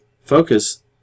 focus